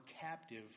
captive